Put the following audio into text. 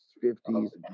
fifties